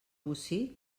bocí